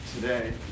today